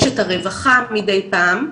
יש את הרווחה מדי פעם,